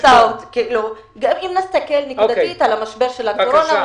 נסתכל על משבר הקורונה,